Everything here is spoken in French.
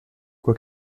quoi